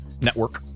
network